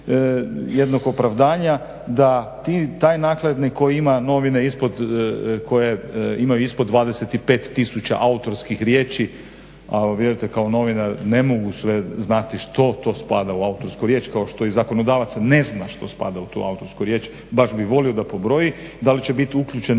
jednog opravdanja da ti, taj nakladnik koji ima novine ispod, koja imaju ispod 25 tisuća autorskih riječi, a vjerujte kao novinar ne mogu sve znati što to spada u autorsku riječ kao što i zakonodavac ne zna što spada u tu autorsku riječ. Baš bih volio da pobroji. Da li će biti uključeno